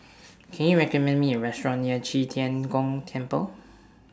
Can YOU recommend Me A Restaurant near Qi Tian Gong Temple